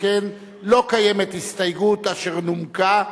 שכן לא קיימת הסתייגות אשר נומקה,